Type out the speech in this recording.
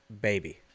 baby